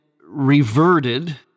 reverted